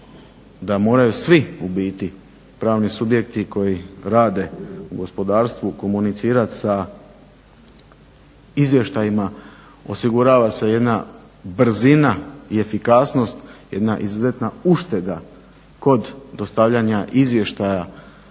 da moraju svi u biti pravni subjekti koji rade u gospodarstvu komunicirat sa izvještajima osigurava se jedna brzina i efikasnost, jedna izuzetna ušteda kod dostavljanja izvještaja